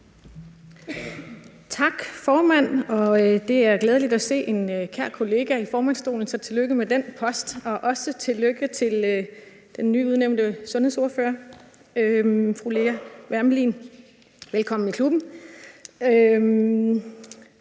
Tak, formand. Det er glædeligt at se en kær kollega i formandsstolen, så tillykke med den post, og også tillykke til den nyudnævnte sundhedsordfører, fru Lea Wermelin. Velkommen i klubben.